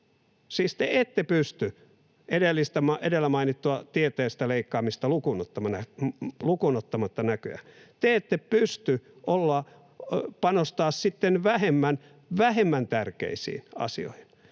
siis te ette pysty — näköjään edellä mainittua tieteestä leikkaamista lukuun ottamatta — panostamaan sitten vähemmän tärkeisiin asioihin,